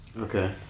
Okay